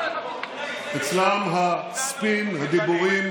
הכול ספין והדיבורים